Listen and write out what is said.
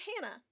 hannah